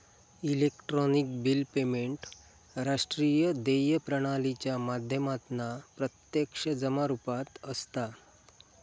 electronic bill payment राष्ट्रीय देय प्रणालीच्या माध्यमातना प्रत्यक्ष जमा रुपात असता